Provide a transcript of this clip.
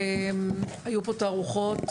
היו פה תערוכות,